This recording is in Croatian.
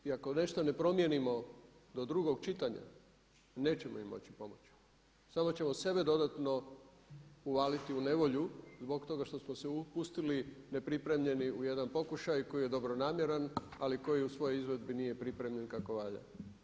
I ako nešto ne promijenimo do drugog čitanja nećemo im moći pomoći samo ćemo sebe dodatno uvaliti u nevolju zbog toga što smo upustili nepripremljeni u jedan pokušaj koji je dobronamjeran ali koji u svojoj izvedbi nije pripremljen kako valja.